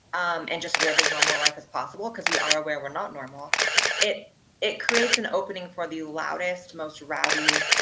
and just live as normal life as possible cause we are aware we're not normal it it creates an opening for the loudest, most rowdy,